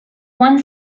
one